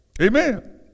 Amen